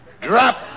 Drop